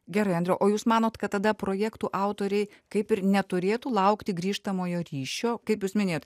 gerai andriau o jūs manot kad tada projektų autoriai kaip ir neturėtų laukti grįžtamojo ryšio kaip jūs minėjote